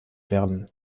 werden